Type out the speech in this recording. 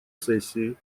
сессии